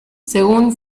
según